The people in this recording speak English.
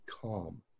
calm